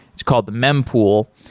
it's called the mem pool.